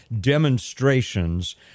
demonstrations